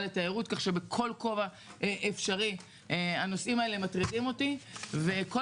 לתיירות כך שבכל כובע אפשרי הנושאים האלה מטרידים אותי וכל